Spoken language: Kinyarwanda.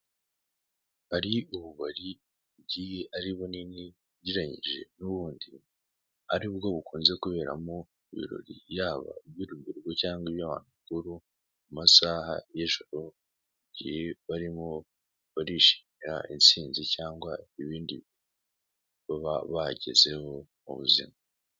Hari ububari bugiye ari bunini ugereranyije n'ubundi, aribwo bukunze kuberamo ibirori yaba iby'urubyiruko cyangwa iby'abantu bakuru mu masaha y'ijoro, mu gihe barimo barishimira insinzi cyangwa ibindi bintu baba bagezeho mu buzima.